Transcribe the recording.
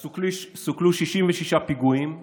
אז סוכלו 66 פיגועים משמעותיים.